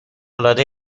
العاده